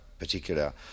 particular